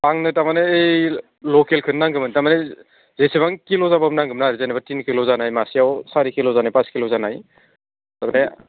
आंनो थारमाने ओइ लकेलखौनो नांगौमोन थारमाने जेसेबां किल' जाबाबो नांगौमोन आरो जेनेबा थिन किल' जानाय मासेयाव सारि किल' जानाय पास किल' जानाय माने